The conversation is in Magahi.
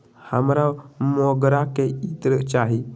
हमरा मोगरा के इत्र चाही